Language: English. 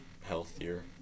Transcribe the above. healthier